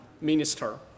minister